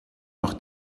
noch